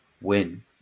win